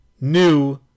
new